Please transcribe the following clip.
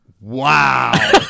wow